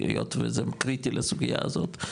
היות וזה קריטי לסוגייה הזאת,